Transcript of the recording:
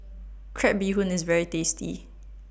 Crab Bee Hoon IS very tasty